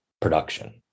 production